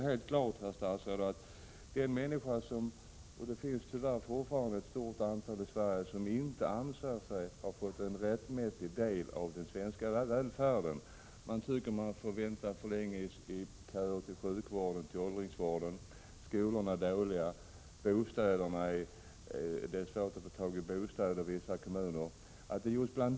Det finns tyvärr fortfarande ett stort antal människor i Sverige som inte anser sig ha fått en rättmätig del av den svenska välfärden. De tycker att de får vänta för länge i köer inom sjukvården och åldringsvården, skolorna är dåliga, det är svårt att få tag i bostäder i vissa kommuner, osv.